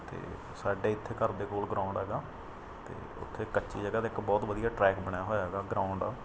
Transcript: ਅਤੇ ਸਾਡੇ ਇੱਥੇ ਘਰ ਦੇ ਕੋਲ ਗਰਾਉਂਡ ਹੈਗਾ ਅਤੇ ਉੱਥੇ ਕੱਚੀ ਜਗ੍ਹਾ 'ਤੇ ਇੱਕ ਬਹੁਤ ਵਧੀਆ ਟਰੈਕ ਬਣਿਆ ਹੋਇਆ ਹੈਗਾ ਗਰਾਊਂਡ ਆ